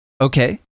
Okay